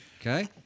Okay